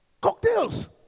Cocktails